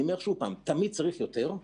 אני אומר שוב פעם, תמיד צריך יותר.